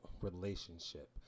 relationship